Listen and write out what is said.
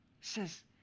Says